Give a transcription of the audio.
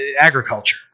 agriculture